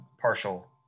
partial